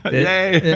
yeah, yeah,